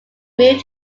moved